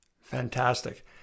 Fantastic